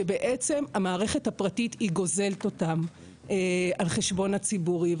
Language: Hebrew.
שבעצם המערכת הפרטית היא גוזלת אותם על חשבון הציבורי.